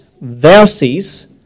verses